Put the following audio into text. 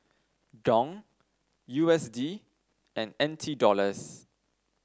Dong U S D and N T Dollars